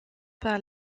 par